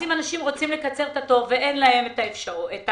אם אנשים רוצים לקצר את התור, ואין להם את האפשרות